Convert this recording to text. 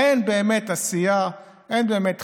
אין באמת עשייה, אין באמת דחיפה,